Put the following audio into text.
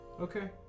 Okay